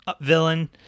villain